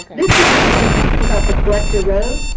this is just when we're talking about the collector road.